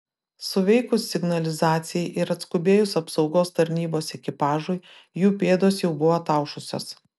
suveikus signalizacijai ir atskubėjus apsaugos tarnybos ekipažui jų pėdos jau buvo ataušusios